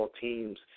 teams